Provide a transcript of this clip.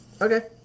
Okay